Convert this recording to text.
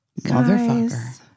Motherfucker